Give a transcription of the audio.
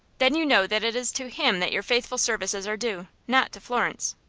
then you know that it is to him that your faithful services are due, not to florence?